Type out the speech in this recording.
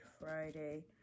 Friday